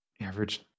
average